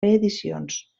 reedicions